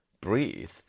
breathe